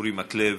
אורי מקלב,